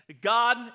God